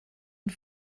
und